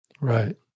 Right